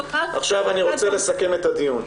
עכשיו אני רוצה לסכם את הדיון.